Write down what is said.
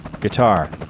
Guitar